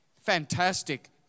Fantastic